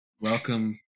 Welcome